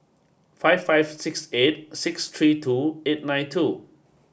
five five six eight six three two eight nine two